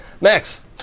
Max